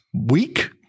week